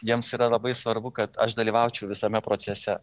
jiems yra labai svarbu kad aš dalyvaučiau visame procese